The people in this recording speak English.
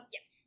Yes